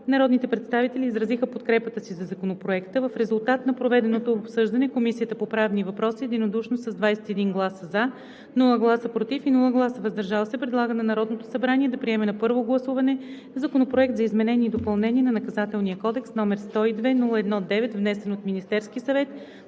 Народните представители изразиха подкрепата си за Законопроекта. В резултат на проведеното обсъждане Комисията по правни въпроси единодушно с 21 гласа „за”, без „против“ и „въздържал се“, предлага на Народното събрание да приеме на първо гласуване Законопроект за изменение и допълнение на Наказателния кодекс, № 102–01–9, внесен от Министерския съвет